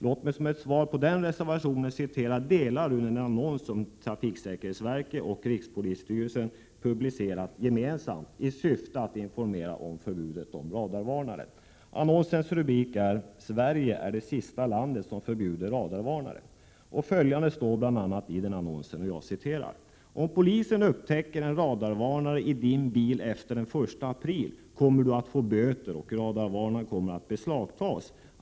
Låt mig som ett svar på den reservationen citera delar ur en annons som trafiksäkerhetsverket och rikspolisstyrelsen publicerat gemensamt i syfte att informera om förbudet mot radarvarnare. Annonsens rubrik är ”Sverige är det sista landet som förbjuder radarvarnare”: Följande står bl.a. i annonsen: ”Om polisen upptäcker en radarvarnare i din bil efter den 1 april kommer du att få böter och radarvarnaren kommer att beslagtas.